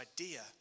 idea